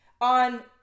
on